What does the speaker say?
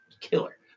killer